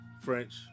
French